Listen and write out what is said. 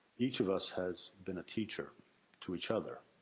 each of us has been a teacher to each other.